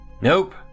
Nope